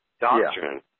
doctrine